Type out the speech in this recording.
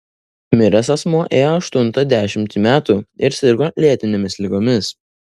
miręs asmuo ėjo aštuntą dešimtį metų ir sirgo lėtinėmis ligomis